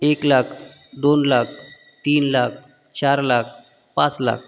एक लाख दोन लाख तीन लाख चार लाख पाच लाख